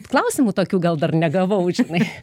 klausimų tokių gal dar negavau žinai